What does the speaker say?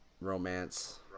romance